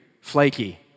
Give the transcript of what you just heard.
flaky